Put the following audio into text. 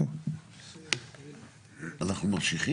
אנחנו ממשיכים?